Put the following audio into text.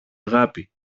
αγάπη